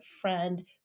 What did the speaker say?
friend